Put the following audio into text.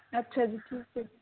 ਅੱਛਾ ਜੀ ਠੀਕ ਹੈ ਜੀ